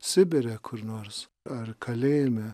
sibire kur nors ar kalėjime